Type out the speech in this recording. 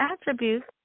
attributes